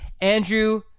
Andrew